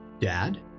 dad